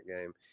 game